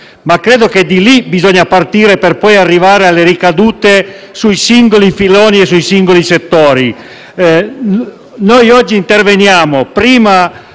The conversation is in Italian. ma credo che di lì bisogna partire per poi arrivare alle ricadute sui singoli filoni e sui singoli settori. Noi oggi interveniamo prima